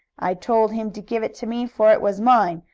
i told him to give it to me, for it was mine,